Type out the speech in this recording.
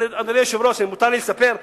אדוני היושב-ראש, אם מותר לי לספר,